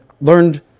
learned